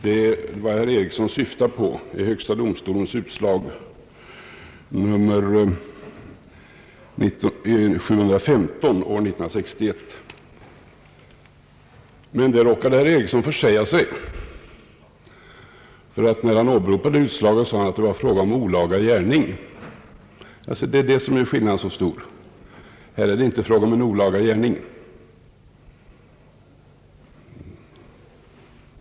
Vad herr Ericsson syftar på är högsta domstolens utslag nr 715 år 1961. Men i detta fall råkade herr Ericsson försäga sig, ty när han åberopade utslaget sade han att det var fråga om »olaga gärning». Det är detta som gör skillnaden så stor! Här är det inte fråga om olaga gärning.